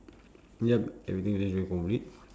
yup everything arrange very properly